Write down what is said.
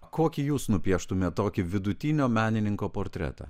kokį jūs nupieštumėt tokį vidutinio menininko portretą